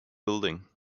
building